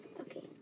Okay